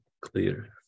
clear